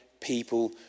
people